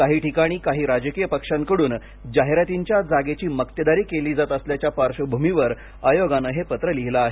काही ठिकाणी काही राजकीय पक्षांकडून जाहिरातींच्या जागेची मक्तेदारी केली जात असल्याच्या पार्श्वभूमीवर आयोगाने हे पत्र लिहिले आहे